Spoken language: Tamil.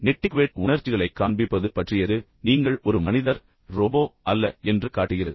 நெட்டிக்வெட் என்பது உணர்ச்சிகளைக் காண்பிப்பது பற்றியது நீங்கள் ஒரு மனிதர் ரோபோ அல்ல என்பதைக் காட்டுகிறது